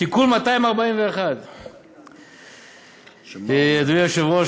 תיקון מס' 241. אדוני היושב-ראש,